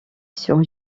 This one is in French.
sur